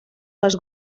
les